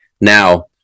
Now